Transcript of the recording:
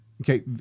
Okay